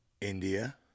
India